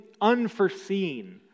unforeseen